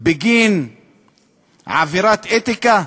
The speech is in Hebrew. בגין עבירת אתיקה,